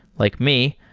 like me,